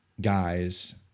guys